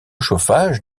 chauffage